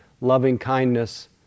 loving-kindness